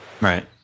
Right